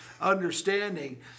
understanding